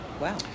wow